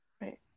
right